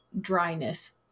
dryness